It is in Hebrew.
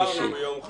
העברנו ביום חמישי.